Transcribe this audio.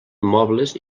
mobles